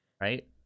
right